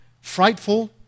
frightful